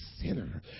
sinner